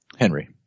Henry